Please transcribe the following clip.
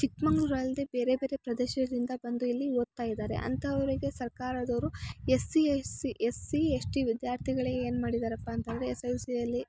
ಚಿಕ್ಕಮಂಗ್ಳೂರ್ ಅಲ್ಲದೆ ಬೇರೆ ಬೇರೆ ಪ್ರದೇಶದಿಂದ ಬಂದು ಇಲ್ಲಿ ಓದ್ತಾಯಿದಾರೆ ಅಂಥವ್ರಿಗೆ ಸರ್ಕಾರದವರು ಎಸ್ಸಿ ಎಸ್ಸಿ ಎಸ್ಸಿ ಎಸ್ಟಿ ವಿದ್ಯಾರ್ಥಿಗಳಿಗೆ ಏನ್ಮಾಡಿದರಪ್ಪ ಅಂತಂದರೆ ಎಸ್ ಅಲ್ ಸಿಯಲ್ಲಿ